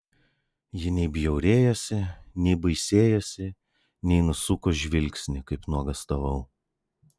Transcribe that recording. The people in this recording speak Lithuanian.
ji nei bjaurėjosi nei baisėjosi nei nusuko žvilgsnį kaip nuogąstavau